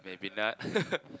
maybe not